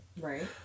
Right